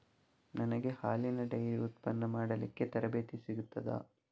ನನಗೆ ಹಾಲಿನ ಡೈರಿ ಉತ್ಪನ್ನ ಮಾಡಲಿಕ್ಕೆ ತರಬೇತಿ ಸಿಗುತ್ತದಾ?